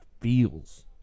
feels